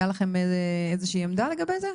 הייתה לכם איזושהי עמדה לגבי זה?